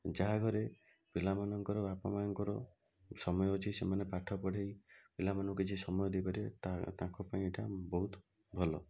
ଯାହା ଘରେ ପିଲାମାନଙ୍କର ବାପା ମାଁଙ୍କର ସମୟ ଅଛି ସେମାନେ ପାଠ ପଢ଼ାଇ ପିଲାମାନଙ୍କୁ କିଛି ସମୟ ଦେଇ ପାରିବେ ତାହା ତାଙ୍କ ପାଇଁ ଏଇଟା ବହୁତ ଭଲ